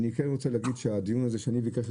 אני כן רוצה להגיד שהדיון הזה שאני ביקשתי